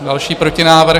Další protinávrh?